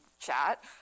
chat